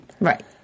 Right